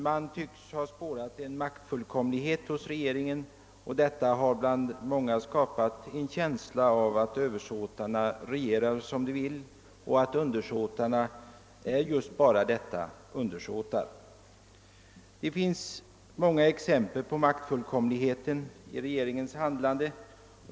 Man tycker sig ha spårat en maktfullkomlighet hos regeringen, och detta har bland många skapat en känsla av att översåtarna regerar som de vill och att un dersåtarna är just bara detta — undersåtar. Det finns många exempel på maktfullkomligheten i regeringens handlande.